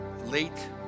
late